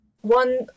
One